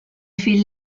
fill